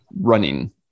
running